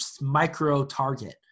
micro-target